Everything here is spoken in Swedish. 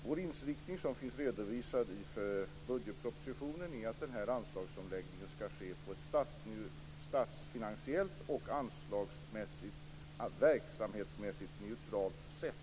Vår inriktning, som finns redovisad i budgetpropositionen, är att den här anslagsomläggningen skall ske på ett såväl statsfinansiellt som anslagsmässigt och verksamhetsmässigt neutralt sätt.